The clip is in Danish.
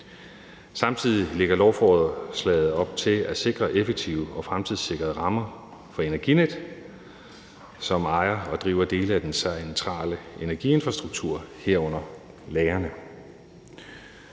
Lovforslaget lægger samtidig op til at sikre effektive og fremtidssikrede rammer for Energinet, som ejer og driver dele af den centrale energiinfrastruktur, herunder lagrene.